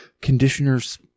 conditioner's